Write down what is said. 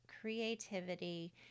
creativity